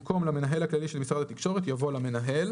במקום "למנהל הכללי של משרד התקשורת" יבוא "למנהל".